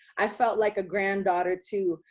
i felt like a granddaughter, too.